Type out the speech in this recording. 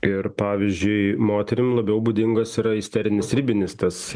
ir pavyzdžiui moterim labiau būdingas yra isterinis ribinis tas